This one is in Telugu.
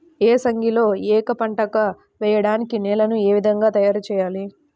ఏసంగిలో ఏక పంటగ వెయడానికి నేలను ఏ విధముగా తయారుచేయాలి?